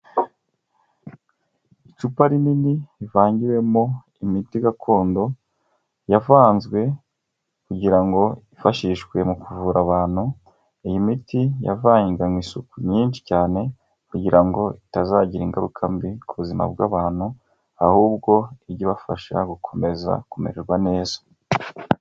Icupa rinini rivangiwemo imiti gakondo, yavanzwe kugira ngo yifashishwe mu kuvura abantu, iyi miti yavanganywe isuku nyinshi cyane kugira ngo itazagira ingaruka mbi ku buzima bw'abantu, ahubwo ijye ibafasha gukomeza kumererwa neza.